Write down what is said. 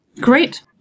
Great